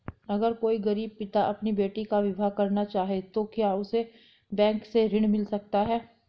अगर कोई गरीब पिता अपनी बेटी का विवाह करना चाहे तो क्या उसे बैंक से ऋण मिल सकता है?